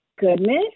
goodness